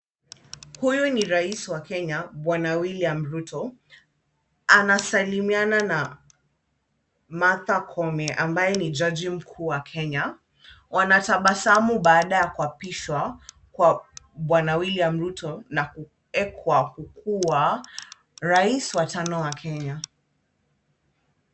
Huyu ni rais wa Kenya Bwana William Ruto, anasalimiana na Martha Koome ambaye ni jaji mkuu wa Kenya. Wanatabasamu baada ya kuapishwa, kwa Bwana William Ruto na kuwekwa kukua rais wa tano wa Kenya.